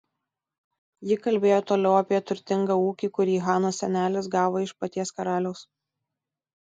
ji kalbėjo toliau apie turtingą ūkį kurį hanos senelis gavo iš paties karaliaus